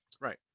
Right